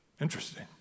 Interesting